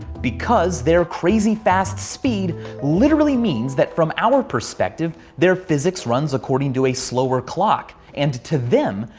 because they're crazy fast speed literally means that, from our perspective, their physics runs according to a slower clock and to them,